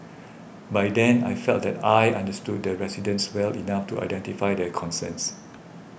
by then I felt that I understood the residents well enough to identify their concerns